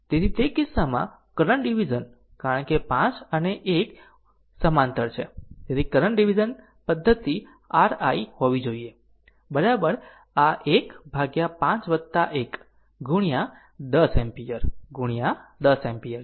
તેથી તે કિસ્સામાં કરંટ ડીવીઝન કારણ કે 5 અને 1 સમાંતર છે તેથી કરંટ ડીવીઝન પદ્ધતિ r i હોવી જોઈએ આ 1 ભાગ્યા 5 1 ગુણ્યા 10 એમ્પીયર ગુણ્યા 10 એમ્પીયર છે